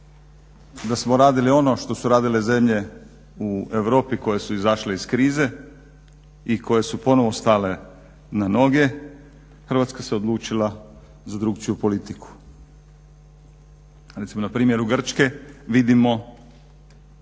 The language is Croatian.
da smo radili ono što su radile zemlje u Europi koje su izašle iz krize i koje su ponovo stale na noge, Hrvatska se odlučila za drukčiju politiku. Recimo na primjeru Grčke vidimo